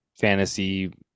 fantasy